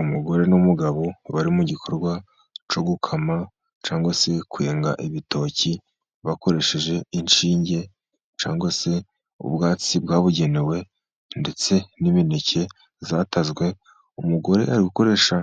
Umugore n'umugabo bari mu gikorwa cyo gukama, cyangwa se kwenga ibitoki bakoresheje ishinge, cyangwa se ubwatsi bwabugenewe ndetse n'imineke yatazwe, umugore ari gukoresha